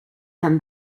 than